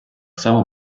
само